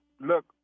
Look